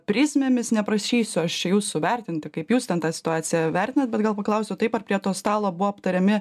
prizmėmis neprašysiu aš čia jūsų vertinti kaip jūs ten tą situaciją vertinat bet gal paklausiu taip ar prie to stalo buvo aptariami